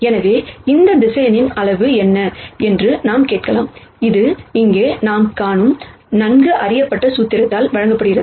எனவே இந்த வெக்டர் அளவு என்ன என்று நாம் கேட்கலாம் அது இங்கே நாம் காணும் நன்கு அறியப்பட்ட பார்முலா வழங்கப்படுகிறது